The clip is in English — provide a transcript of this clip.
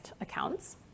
accounts